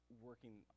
working